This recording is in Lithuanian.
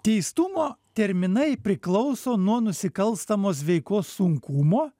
teistumo terminai priklauso nuo nusikalstamos veikos sunkumo